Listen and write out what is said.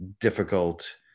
difficult